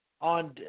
on